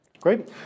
Great